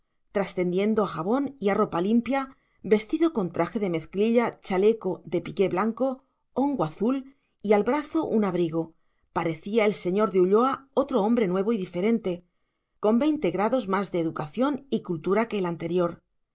trascendiendo a jabón y a ropa limpia vestido con traje de mezclilla chaleco de piqué blanco hongo azul y al brazo un abrigo parecía el señor de ulloa otro hombre nuevo y diferente con veinte grados más de educación y cultura que el anterior